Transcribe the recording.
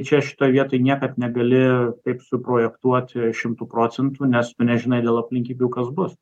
čia šitoj vietoj niekad negali taip suprojektuoti šimtu procentų nes tu nežinai dėl aplinkybių kas bus